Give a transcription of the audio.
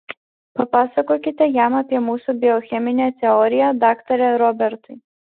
papasakokite jam apie mūsų biocheminę teoriją daktare robertai